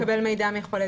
ומה אם התקבל מידע מחולה?